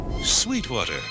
Sweetwater